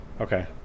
Okay